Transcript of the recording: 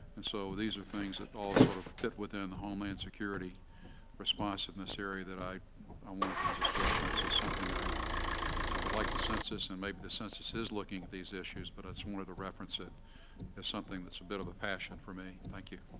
and so these are things that all sort of fit within homeland security responsiveness area that i i wanted to just reference as something i i would like the census and maybe the census is looking at these issues but it's more to reference it as as something that's a bit of a passion for me. thank you.